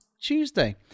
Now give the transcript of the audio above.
Tuesday